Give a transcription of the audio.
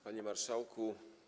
Panie Marszałku!